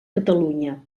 catalunya